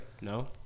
No